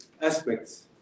aspects